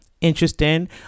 Interesting